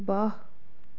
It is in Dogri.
वाह्